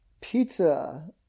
Pizza